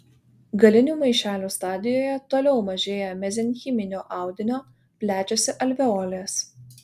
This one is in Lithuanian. galinių maišelių stadijoje toliau mažėja mezenchiminio audinio plečiasi alveolės